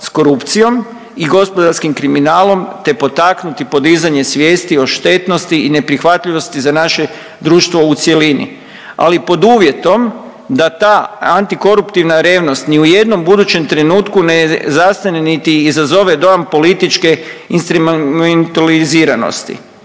sa korupcijom i gospodarskim kriminalom, te potaknuti podizanje svijestit o štetnosti i neprihvatljivosti za naše društvo u cjelini ali pod uvjetom da ta antikoruptivna revnost ni u jednom budućem trenutku ne zastane niti izazove dojam političke instrumentaliziranosti.